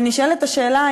ונשאלת השאלה,